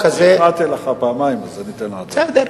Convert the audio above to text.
הפרעתי לך פעמיים, אז אני אתן עוד זמן.